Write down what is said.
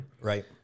Right